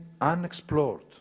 unexplored